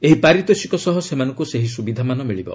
ଏହି ପାରିତୋଷିକ ସହ ସେମାନଙ୍କୁ ସେହି ସୁବିଧାମାନ ମିଳିବ